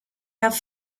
have